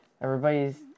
Everybody's